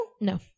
No